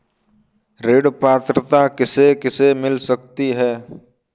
ऋण पात्रता किसे किसे मिल सकती है?